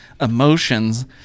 emotions